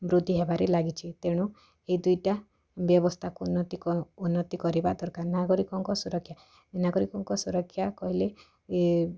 ବୃଦ୍ଧି ହେବାରେ ଲାଗିଛି ତେଣୁ ଏ ଦୁଇଟା ବ୍ୟବସ୍ଥାକୁ ଉନ୍ନତି କ ଉନ୍ନତି କରିବା ଦରକାର ନଗରିକଙ୍କ ସୁରକ୍ଷା ନାଗରିକଙ୍କ ସୁରକ୍ଷା କହିଲେ ଏ